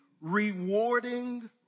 rewarding